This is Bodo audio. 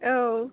औ